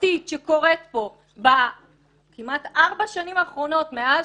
שיטתית קורית פה בכמעט ארבע השנים האחרונות, מאז